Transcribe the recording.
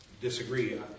disagree